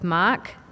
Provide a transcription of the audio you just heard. Mark